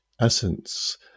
essence